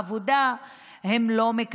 הם נזרקו ממקום העבודה,